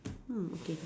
mm okay